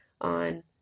On